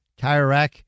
TireRack